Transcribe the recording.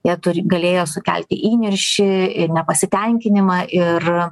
jie turi galėjo sukelti įniršį ir nepasitenkinimą ir